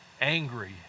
angry